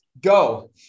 Go